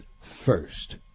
first